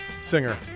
singer